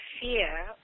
fear